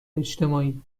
اجتماعی